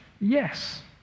Yes